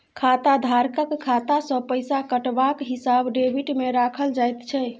खाताधारकक खाता सँ पैसा कटबाक हिसाब डेबिटमे राखल जाइत छै